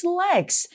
legs